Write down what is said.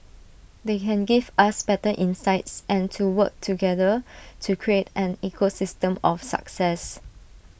they can give us better insights and to work together to create an ecosystem of success